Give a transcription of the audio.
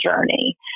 journey